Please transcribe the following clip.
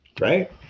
Right